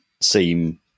seem